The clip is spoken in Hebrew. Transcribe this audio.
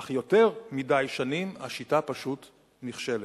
אך יותר מדי שנים השיטה פשוט נכשלת.